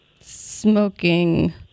Smoking